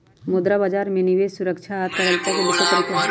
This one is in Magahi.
मुद्रा बजार में निवेश सुरक्षा आ तरलता के विशेष तरीका हई